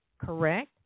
correct